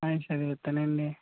చదివిస్తానండి